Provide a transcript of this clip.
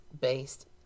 based